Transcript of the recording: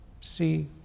see